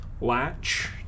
latch